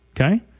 okay